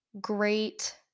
great